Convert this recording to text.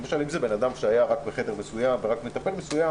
למשל אם זה אדם שהיה רק בחדר מסוים ורק עם מטפל מסוים